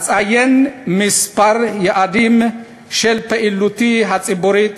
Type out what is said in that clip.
אציין כמה יעדים של פעילותי הציבורית,